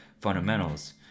fundamentals